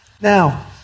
Now